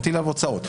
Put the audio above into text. מטיל עליו הוצאות,